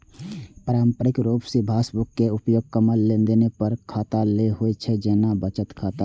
पारंपरिक रूप सं पासबुक केर उपयोग कम लेनदेन बला खाता लेल होइ छै, जेना बचत खाता